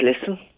listen